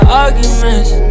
arguments